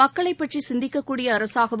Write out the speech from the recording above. மக்களை பற்றி சிந்திக்கக்கூடிய அரசாகவும்